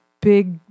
big